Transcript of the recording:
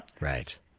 Right